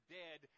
dead